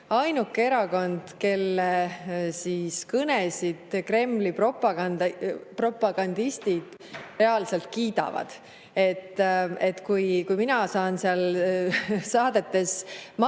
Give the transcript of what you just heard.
ainuke erakond, kelle kõnesid Kremli propagandistid reaalselt kiidavad. Kui mind seal saadetes